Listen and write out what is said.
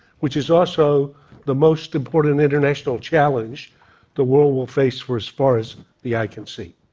which is also the most important international challenge the world will face for as far as the eye can see.